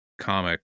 comic